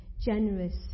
generous